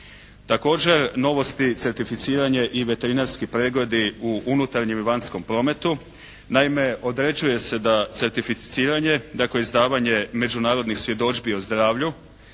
Također novosti, certificiranje i veterinarski pregledi u unutarnjem i vanjskom prometu. Naime određuje se da certificiranje, dakle izdavanje međunarodnih svjedodžbi o zdravlju,